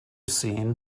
seen